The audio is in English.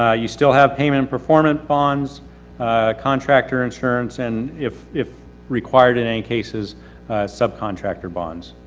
ah you still have payment and per formant bonds contractor insurance and if, if required in any cases subcontractor bonds.